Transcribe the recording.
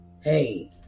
hey